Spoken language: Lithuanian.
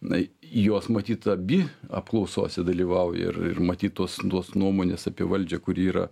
na jos matyt abi apklausose dalyvauja ir ir matyt tos tos nuomonės apie valdžią kuri yra